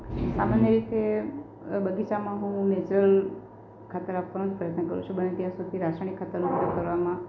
સામાન્ય રીતે બગીચામાં હું નેચરલ ખાતર આપવાનું જ પ્રયત્ન કરું છું બને ત્યાં સુધી રાસાયણિક ખાતરનો ઉપયોગ કરવામાં